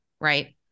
right